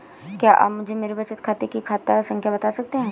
क्या आप मुझे मेरे बचत खाते की खाता संख्या बता सकते हैं?